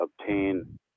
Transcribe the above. obtain